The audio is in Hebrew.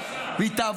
והיא תהיה הגונה,